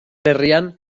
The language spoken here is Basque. herrian